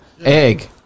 Egg